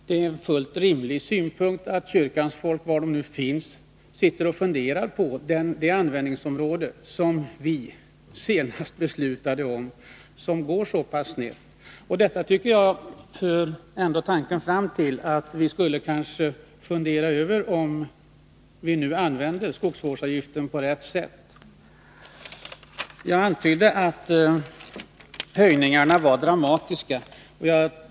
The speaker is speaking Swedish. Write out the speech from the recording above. Det är fullt rimligt att kyrkans folk, var de än finns, funderar över det beslut vi senast fattade om ett användningsområde där det slår så snett. Detta för, tycker jag, tanken till att vi kanske borde fundera över om vi nu använder skogsvårdsavgiftsmedlen på rätt sätt. Jag antydde att höjningen av skogsvårdsavgifterna var dramatisk.